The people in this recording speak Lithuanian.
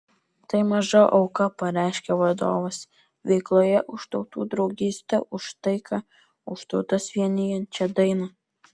tai maža auka pareiškė vadovas veikloje už tautų draugystę už taiką už tautas vienijančią dainą